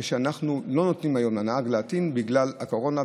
כשאנחנו לא נותנים היום לנהג להטעין בגלל הקורונה,